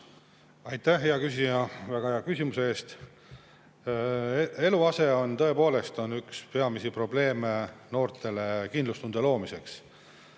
Aitäh, hea küsija, väga hea küsimuse eest! Eluase on tõepoolest üks peamisi probleeme noorte kindlustunde loomisel.